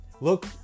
Look